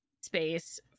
space